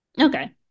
okay